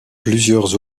plusieurs